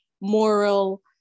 moral